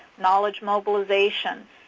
knowledge mobilization.